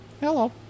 Hello